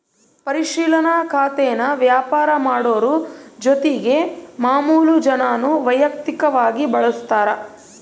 ಪರಿಶಿಲನಾ ಖಾತೇನಾ ವ್ಯಾಪಾರ ಮಾಡೋರು ಜೊತಿಗೆ ಮಾಮುಲು ಜನಾನೂ ವೈಯಕ್ತಕವಾಗಿ ಬಳುಸ್ತಾರ